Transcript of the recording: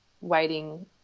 waiting